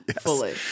fully